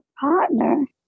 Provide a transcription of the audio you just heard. partner